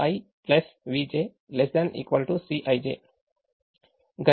కాబట్టి ui vj ≤ Cij